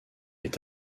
est